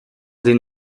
din